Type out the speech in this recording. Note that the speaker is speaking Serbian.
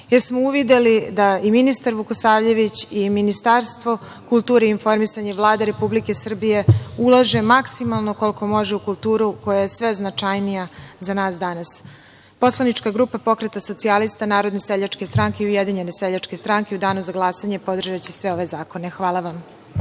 jer smo uvideli da i ministar Vukosavljević i Ministarstvo kulture i informisanja i Vlada Republike Srbije ulaže maksimalno koliko može u kulturu koja je sve značajnija za nas danas. Poslanička grupa Pokreta socijalista, Narodne seljačke stranke i Ujedinjene seljačke stranke u danu za glasanje će podržati sve ove zakone. Hvala.